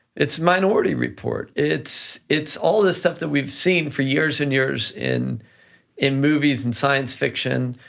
it's minority report. it's it's all this stuff that we've seen for years and years in in movies and science fiction,